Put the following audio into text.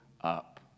up